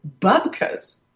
bubkas